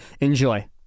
enjoy